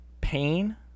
pain